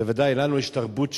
בוודאי לנו יש תרבות שונה,